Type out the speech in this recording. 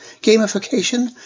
gamification